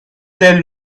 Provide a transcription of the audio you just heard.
tell